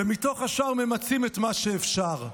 ומתוך השאר ממצים את מה שאפשר,